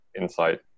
Insight